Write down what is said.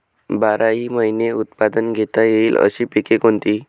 बाराही महिने उत्पादन घेता येईल अशी पिके कोणती?